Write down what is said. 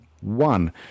one